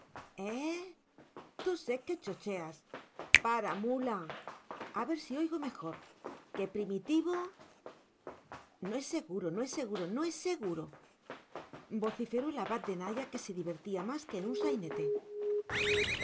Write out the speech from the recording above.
tú seque chocheas para mula a ver si oigo mejor que primitivo no es seguro no es seguro no es seguro vociferó el abad de naya que se divertía más que en un sainete